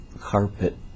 carpet